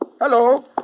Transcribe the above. Hello